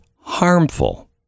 harmful